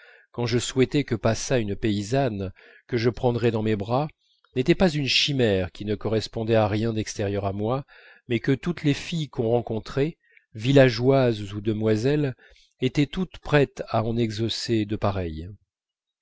quand je souhaitais que passât une paysanne que je prendrais dans mes bras n'étaient pas une chimère qui ne correspondait à rien d'extérieur à moi mais que toutes les filles qu'on rencontrait villageoises ou demoiselles étaient toutes prêtes à en exaucer de pareils